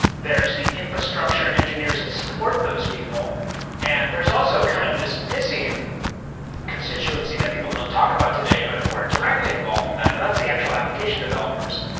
there's the infrastructure engineers that support those people and there's also kind of this missing constituency that people don't talk about today, but who are directly involved in that and that's the actual application developers,